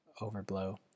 overblow